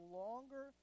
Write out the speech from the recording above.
longer